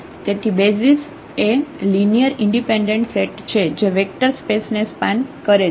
તેથી બેસિઝ એ linear independent set છે જે વેક્ટર સ્પેસ ને સ્પાન કરે છે